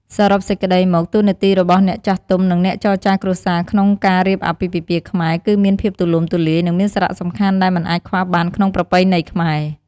សរុបសេចក្តីមក តួនាទីរបស់អ្នកចាស់ទុំ និងអ្នកចរចារគ្រួសារក្នុងការរៀបអាពាហ៍ពិពាហ៍ខ្មែរ គឺមានភាពទូលំទូលាយ និងមានសារៈសំខាន់ដែលមិនអាចខ្វះបានក្នុងប្រពៃណីខ្មែរ។